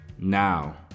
Now